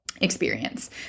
experience